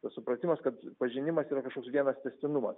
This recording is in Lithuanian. tas supratimas kad pažinimas yra kažkoks vienas tęstinumas